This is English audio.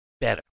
better